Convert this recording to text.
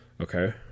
Okay